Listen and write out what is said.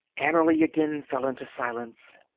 annerly again fell into silence.